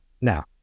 Now